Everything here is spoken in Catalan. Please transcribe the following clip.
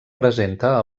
presenta